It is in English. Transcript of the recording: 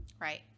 Right